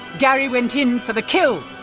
gary went in for the kill!